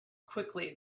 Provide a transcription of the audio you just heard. quickly